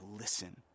listen